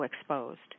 exposed